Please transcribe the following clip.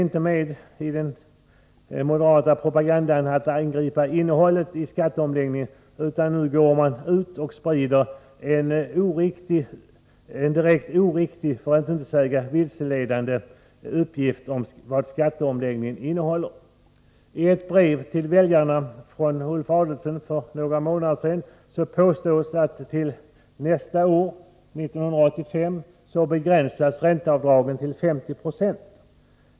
I den moderata propagandan nöjer man sig inte med att angripa innehållet iskatteomläggningen, utan nu går man ut och sprider en direkt oriktig, för att inte säga vilseledande, uppgift om vad skatteomläggningen innehåller. I ett brev till väljarna från Ulf Adelsohn för några månader sedan påstås det att ränteavdragen nästa år, 1985, skall begränsas till 50 96.